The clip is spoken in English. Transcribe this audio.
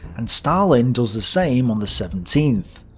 and stalin does the same on the seventeenth.